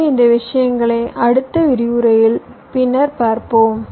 எனவே இந்த விஷயங்களை அடுத்த விரிவுரைகளில் பின்னர் பார்ப்போம்